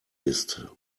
ist